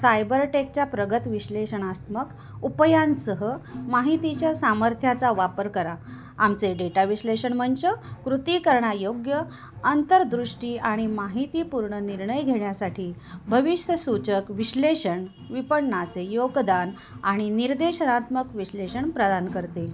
cyber टॅकच्या प्रगतविश्श्लेणात्मक उपायांसह माहितीच्या सामर्थ्याचा वापर करा आमचे डेटा विश्लेषण मंच कृतीकरणायोग्य अंतरदृष्टी आणि माहितीपूर्ण निर्णय घेण्यासाठी भविष्य सूचक विश्लेषण विपणनाचे योगदान आणि निर्देशनात्मक विश्लेषण प्रदान करते